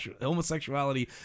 homosexuality